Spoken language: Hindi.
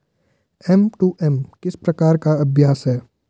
एम.टू.एम किस प्रकार का अभ्यास है?